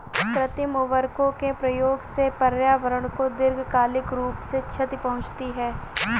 कृत्रिम उर्वरकों के प्रयोग से पर्यावरण को दीर्घकालिक रूप से क्षति पहुंचती है